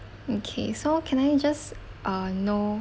okay so can I just uh know